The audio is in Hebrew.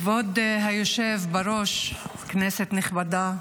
כבוד היושב-ראש, כנסת נכבדה,